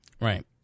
Right